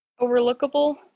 Overlookable